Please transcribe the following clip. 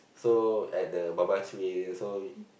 so at the barbecue area so